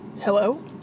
Hello